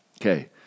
Okay